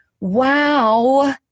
wow